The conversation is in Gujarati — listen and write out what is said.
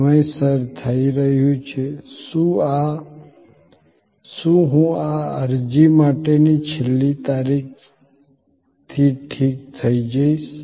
સમયસર થઈ રહ્યું છે શું હું આ અરજી માટેની છેલ્લી તારીખથી ઠીક થઈ જઈશ